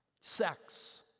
sex